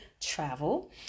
travel